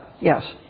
Yes